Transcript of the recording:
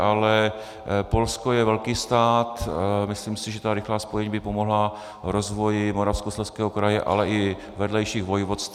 Ale Polsko je velký stát, myslím si, že ta rychlá spojení by pomohla rozvoji Moravskoslezského kraje, ale i vedlejších vojvodství.